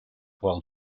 while